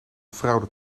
fraude